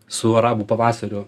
su arabų pavasariu